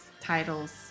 titles